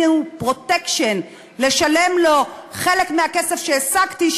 פרוטקשן: לשלם לו חלק מהכסף שהשגתי,